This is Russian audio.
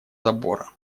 забора